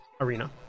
arena